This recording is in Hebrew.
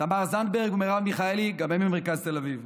תמר זנדברג ומרב מיכאלי גם הן ממרכז תל אביב.